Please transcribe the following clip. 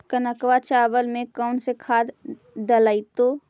कनकवा चावल में कौन से खाद दिलाइतै?